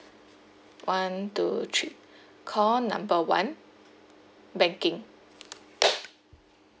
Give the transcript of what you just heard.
one two three call number one banking